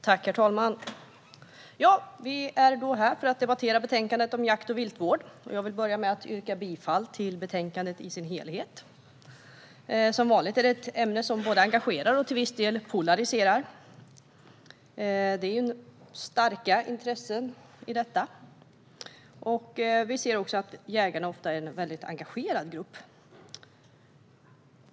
Herr talman! Vi är här för att debattera betänkandet om jakt och viltvård, och jag vill börja med att yrka bifall till utskottets förslag som helhet. Som vanligt är detta ett ämne som både engagerar och till viss del polariserar; det finns starka intressen i detta. Vi ser också att jägarna ofta är en väldigt engagerad grupp.